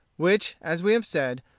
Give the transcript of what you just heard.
which, as we have said,